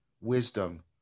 wisdom